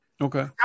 Okay